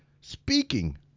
Speaking